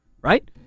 right